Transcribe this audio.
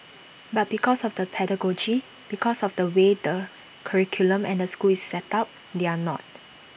but because of the pedagogy because of the way the curriculum and the school is set up they are not